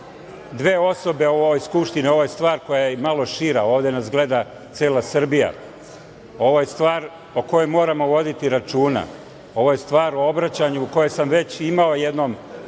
dve osobe u ovoj Skupštini, ovo je stvar koja je malo šira. Ovde nas gleda cela Srbija. Ovo je stvar o kojoj moramo voditi računa. Ovo je stvar u obraćanju, gde sam već imao jednu